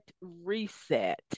Reset